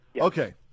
Okay